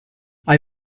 hai